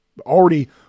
already